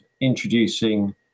introducing